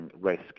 risk